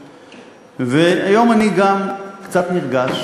והיום אני גם קצת נרגש,